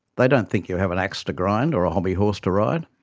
they don't think you have an axe to grind or a hobbyhorse to ride.